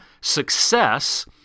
success